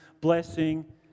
blessing